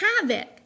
havoc